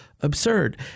absurd